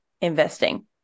investing